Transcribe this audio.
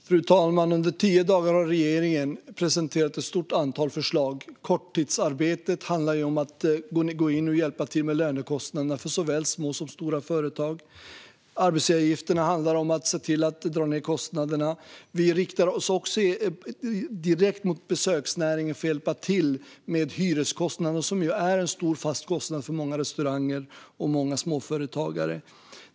Fru talman! Under tio dagar har regeringen presenterat ett stort antal förslag. Korttidsarbetet handlar om att gå in och hjälpa till med lönekostnaderna för såväl små som stora företag. Arbetsgivaravgifterna handlar om att dra ned på kostnaderna. Vi riktar oss också direkt mot besöksnäringen för att hjälpa till med hyreskostnaden, som är en stor fast kostnad för många restauranger och småföretagare.